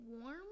warm